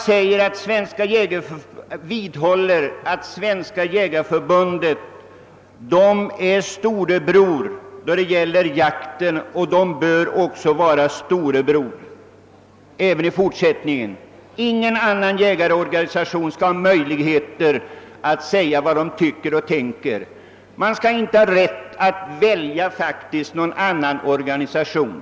Herr Trana vidhåller att Svenska jägareförbundet fungerar som storebror då det gäller jakten och att så bör vara förhållandet även i fortsättningen. Ingen annan jägarorganisation skall ha möjlighet att säga sin mening, och man skall inte ha rätt att välja någon annan organisation.